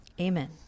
Amen